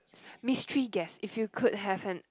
mystery guess if you could have an